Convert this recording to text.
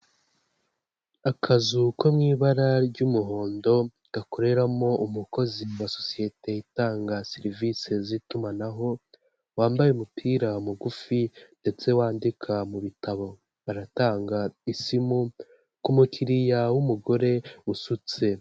Akazu ko mu ibara ry'umuhondo mu gakoreramo umukozi wa sosiyete itanga serivisi z'itumanaho, wambaye umupira mugufi ndetse wandika mu bitabo baratanga isimu ku kumukiriya w'umugore usutse.